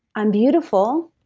i'm beautiful,